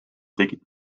tegid